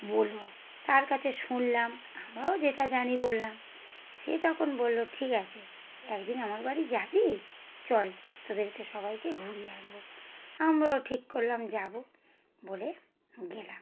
বলবো তার কাছে শুনলাম আমরাও যেটা জানি বললাম সে তখন বললো ঠিক আছে এক দিন আমার বাড়ি যাবি চল তোদেরকে সবাইকে ঘুরিয়ে আনবো আমরাও ঠিক করলাম যাবো বলে গেলাম